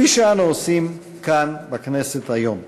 כפי שאנו עושים כאן בכנסת היום.